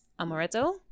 Amaretto